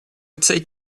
take